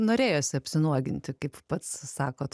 norėjosi apsinuoginti kaip pats sakot